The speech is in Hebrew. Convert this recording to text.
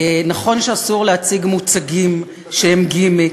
נכון שאסור להציג מוצגים שהם גימיק,